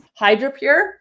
hydropure